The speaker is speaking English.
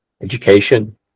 education